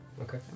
Okay